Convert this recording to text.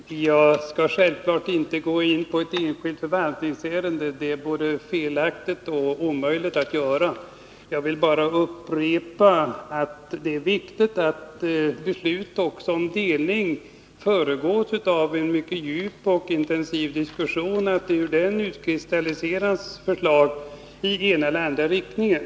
Herr talman! Jag skall självfallet inte gå in på ett enskilt förvaltningsärende — det är både felaktigt och omöjligt att göra det nu. Jag vill bara upprepa att det är viktigt att beslut om delning föregås av en djup och intensiv diskussion, så att det ur den utkristalliseras förslag i ena eller andra riktningen.